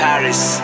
Paris